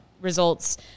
results